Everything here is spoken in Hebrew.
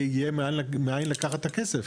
יהיה מאיין לקחת את הכסף,